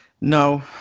No